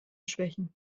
schwächen